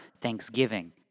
thanksgiving